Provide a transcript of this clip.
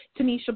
Tanisha